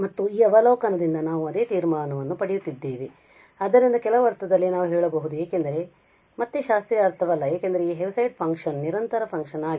ಮತ್ತು ಈ ಅವಲೋಕನದಿಂದ ನಾವು ಅದೇ ತೀರ್ಮಾನವನ್ನು ಪಡೆಯುತ್ತಿದ್ದೇವೆ ಆದ್ದರಿಂದ ಕೆಲವು ಅರ್ಥದಲ್ಲಿ ನಾವು ಹೇಳಬಹುದು ಏಕೆಂದರೆ ಮತ್ತೆ ಶಾಸ್ತ್ರೀಯ ಅರ್ಥವಲ್ಲ ಏಕೆಂದರೆ ಈ ಹೆವಿಸೈಡ್ ಫಂಕ್ಷನ್ ನಿರಂತರ ಫಂಕ್ಷನ್ ಆಗಿದೆ